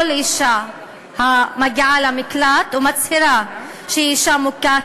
כל אישה המגיעה למקלט ומצהירה שהיא אישה מוכה,